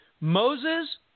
Moses